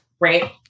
Right